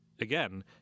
again